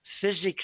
physics